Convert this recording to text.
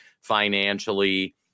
financially